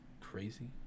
crazy